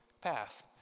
path